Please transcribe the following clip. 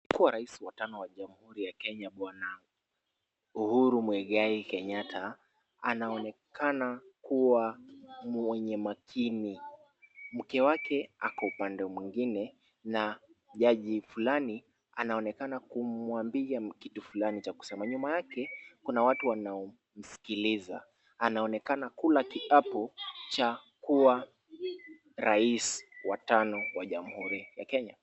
Aliyekuwa rais wa tano wa jamuhuri ya Kenya Bw. Uhuru Mwigai Kenyatta, anaonekana kuwa mwenye makini mke wake yuko upande mwingine na jaji fulani namwambia kitu fulani cha kusema nyuma yake kuna watu wanaomsikiliza. Anaonekanakula kiapo cha kuwa rais wa tano wa jamuhuri ya Kenya.